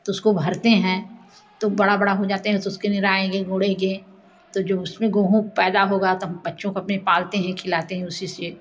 तो उसको भरते हैं तो बड़ा बड़ा हो जाते हैं तो उसको निराएंगे गोड़ेंगे तो जो उसमें गेहूँ पैदा होगा तब बच्चों को हम अपने पालते हैं खिलाते हैं उसी से